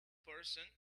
person